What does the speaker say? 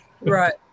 right